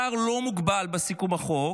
שר לא מוגבל בסיכום החוק,